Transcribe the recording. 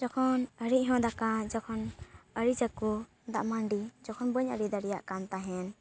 ᱡᱚᱠᱷᱚᱱ ᱟᱹᱲᱤᱡ ᱦᱚᱸ ᱫᱟᱠᱟ ᱡᱚᱠᱷᱚᱱ ᱟᱹᱲᱤᱡᱟᱠᱚ ᱫᱟᱜ ᱢᱟᱹᱰᱤ ᱡᱚᱠᱷᱚᱱ ᱵᱟᱹᱧ ᱟᱹᱲᱤᱡ ᱫᱟᱲᱮᱭᱟᱜ ᱠᱟᱱ ᱛᱟᱦᱮᱱ